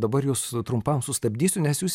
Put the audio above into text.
dabar jus trumpam sustabdysiu nes jūs